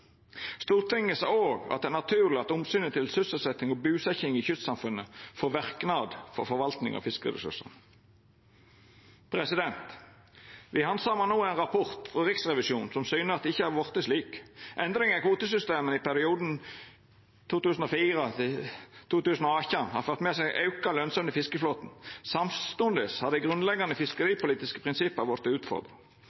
Stortinget sa òg at det er naturleg at omsynet til sysselsetjing og busetjing i kystsamfunna får verknad for forvalting av fiskeressursane. Me handsamar no ein rapport frå Riksrevisjonen som syner at det ikkje har vorte slik. Endringar i kvotesystemet i perioden 2004–2018 har ført med seg auka lønsemd i fiskeflåten. Samstundes har dei